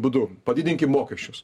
būdu padidinkim mokesčius